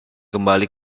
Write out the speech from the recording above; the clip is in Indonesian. kembali